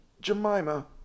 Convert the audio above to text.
Jemima